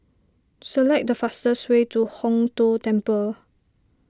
select the fastest way to Hong Tho Temple